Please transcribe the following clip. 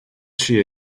she